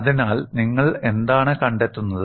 അതിനാൽ നിങ്ങൾ എന്താണ് കണ്ടെത്തുന്നത്